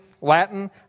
Latin